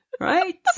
Right